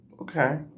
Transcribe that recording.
Okay